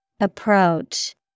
Approach